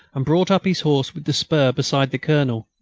and brought up his horse with the spur beside the colonel.